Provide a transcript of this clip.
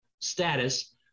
status